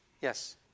Yes